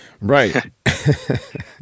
Right